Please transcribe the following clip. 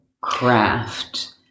craft